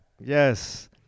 Yes